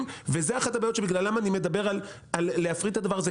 וזאת אחת הסיבות שבגללן אני מדבר על להפריט את הדבר הזה.